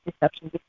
deception